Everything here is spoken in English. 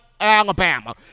Alabama